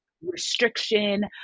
Restriction